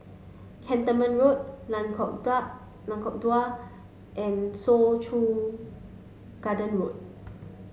Cantonment Road Lengkok Lengkok Dua and Soo Chow Garden Road